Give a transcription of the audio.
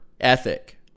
ethic